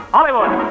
Hollywood